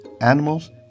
animals